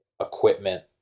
equipment